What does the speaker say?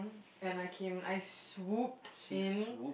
and I came I swooped in